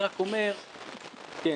כן,